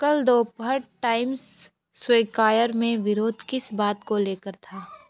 कल दोपहर Times Square में विरोध किस बात को लेकर था